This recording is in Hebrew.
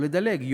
או לדלג,